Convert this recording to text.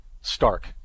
stark